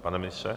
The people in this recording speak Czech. Pane ministře?